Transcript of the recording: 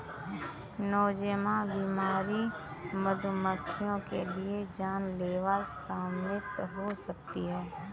Nosema बीमारी मधुमक्खियों के लिए जानलेवा साबित हो सकती है